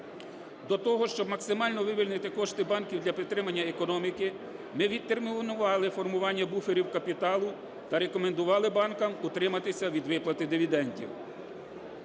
Для того, щоб максимально вивільнити кошти банків для підтримання економіки, ми відтермінували формування буферів капіталу та рекомендували банкам утриматися від виплати дивідендів.